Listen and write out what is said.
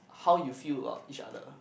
how you feel about each other